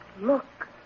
Look